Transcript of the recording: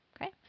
Okay